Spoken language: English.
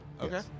Okay